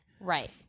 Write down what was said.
Right